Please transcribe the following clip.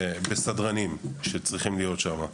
ובסדרנים, שצריכים להיות שם.